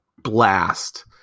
blast